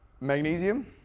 Magnesium